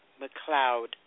McLeod